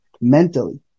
mentally